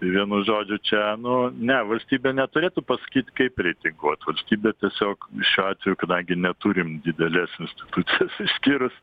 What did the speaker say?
vienu žodžiu čia nu ne valstybė neturėtų pasakyt kaip reitinguot valstybė tiesiog šiuo atveju kadangi neturim didelės institucijos išskyrus